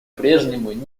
прежнему